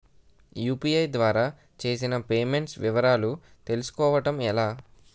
UPI ద్వారా చేసిన payments వివరాలు తెలుసుకోవటం ఎలా?